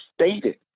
stated